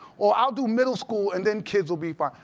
or i will do middle school and then kids will be fine.